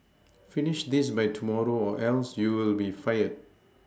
finish this by tomorrow or else you'll be fired